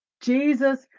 Jesus